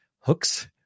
hooks